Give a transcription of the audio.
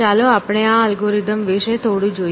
ચાલો આપણે આ અલ્ગોરિધમ વિશે થોડું જોઈએ